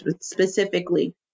specifically